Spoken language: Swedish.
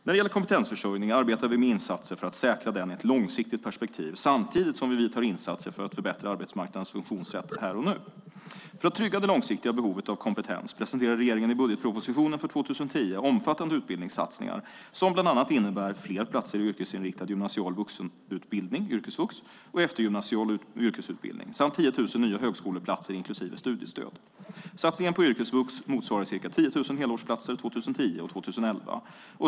När det gäller kompetensförsörjning arbetar vi med insatser för att säkra den i ett långsiktigt perspektiv samtidigt som vi vidtar insatser för att förbättra arbetsmarknadens funktionssätt här och nu. För att trygga det långsiktiga behovet av kompetens presenterade regeringen i budgetpropositionen för 2010 omfattande utbildningssatsningar, som bland annat innebär fler platser i yrkesinriktad gymnasial vuxenutbildning och eftergymnasial yrkesutbildning samt 10 000 nya högskoleplatser inklusive studiestöd. Satsningen på yrkesvux motsvarar ca 10 000 helårsplatser 2010 och 2011.